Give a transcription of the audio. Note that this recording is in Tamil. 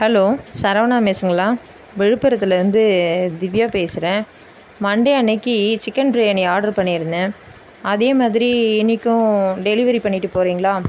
ஹலோ சரவணா மெஸ்ஸுங்களா விழுப்புரத்துலிருந்து திவ்யா பேசுகிறேன் மண்டே அன்னக்கி சிக்கன் பிரியாணி ஆர்டர் பண்ணியிருந்தேன் அதே மாதிரி இன்னிக்கும் டெலிவரி பண்ணிவிட்டு போறீங்களா